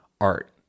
art